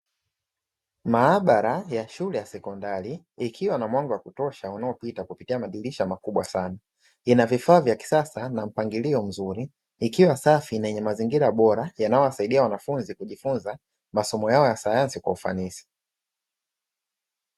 Maabara ya shule ya sekondari ikiwa na mwanga wa kutosha unaopita kupitia madirisha makubwa sana, ina vifaa vya kisasa na mpangilio mzuri, ikiwa safi na yenye maingira bora yanayowasaidia wanafunzi kujifunza masomo yao ya sayansi kwa ufanisi.